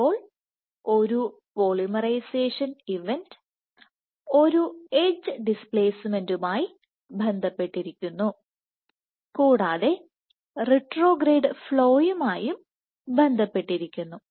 അപ്പോൾ ഒരു polymerisation event ഒരു എഡ്ജ് ഡിസ്പ്ലേസ്മെന്റുമായി ബന്ധപ്പെട്ടിരിക്കുന്നു കൂടാതെ റിട്രോഗ്രേഡ് ഫ്ലോയുമായും ബന്ധപ്പെട്ടിരിക്കുന്നു